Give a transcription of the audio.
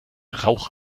rauch